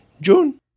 June